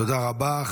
תודה רבה.